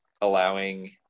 allowing